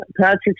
Patrick